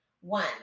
one